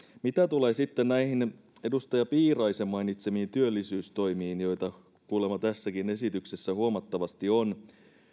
mitä tulee sitten näihin edustaja piiraisen mainitsemiin työllisyystoimiin joita kuulemma tässäkin esityksessä huomattavasti on